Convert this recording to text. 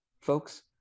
folks